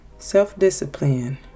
Self-discipline